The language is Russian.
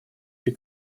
при